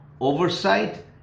oversight